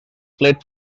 fled